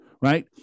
right